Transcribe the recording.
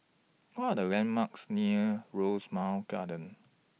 What Are The landmarks near Rosemount Kindergarten